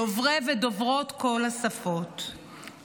דוברי ודוברות כל השפות.